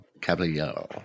Caballero